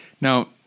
Now